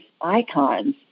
icons